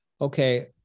Okay